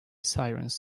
sirens